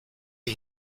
are